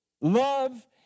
Love